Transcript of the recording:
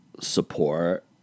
support